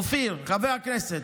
אופיר, חבר הכנסת,